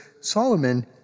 Solomon